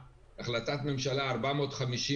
אנחנו צריכים ביקושים של גז טבעי עם רמת ודאות גבוהה.